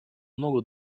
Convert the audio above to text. много